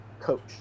coach